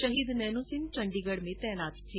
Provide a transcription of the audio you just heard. शहीद नैनूसिंह चंडीगढ में तैनात थे